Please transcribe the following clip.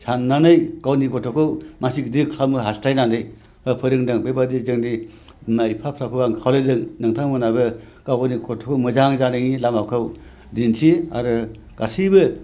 साननानै गावनि गथ'खौ मानसि गिदिर खालामनो हासथायनानै फोरोंदों बेबायदि जोंनि बिमा बिफाफ्राबो आं खावलायदों नोंथांमोनाबो गावगावनि गथ' मोजां जानायनि लामाखौ दिन्थि आरो गासैबो